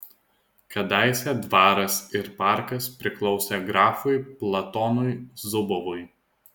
kadaise dvaras ir parkas priklausė grafui platonui zubovui